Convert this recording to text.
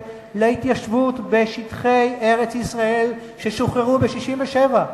להתיישבות בשטחי ארץ-ישראל ששוחררו ב-1967.